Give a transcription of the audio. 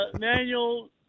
manual